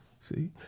See